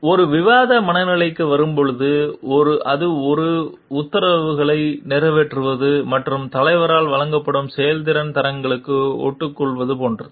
ஒரு விவாத மனநிலைக்கு வருவது போல அது ஒரே உத்தரவுகளை நிறைவேற்றுவது மற்றும் தலைவரால் வழங்கப்படும் செயல்திறன் தரங்களுடன் ஒட்டிக்கொள்வது போன்றது